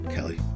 Kelly